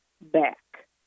back